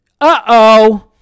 uh-oh